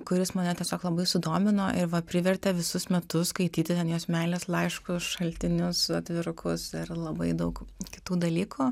kuris mane tiesiog labai sudomino ir va privertė visus metus skaityti ten jos meilės laiškus šaltinius atvirukus ir labai daug kitų dalykų